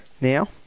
now